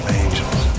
angels